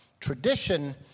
tradition